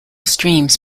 streams